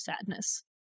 sadness